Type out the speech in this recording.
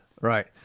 Right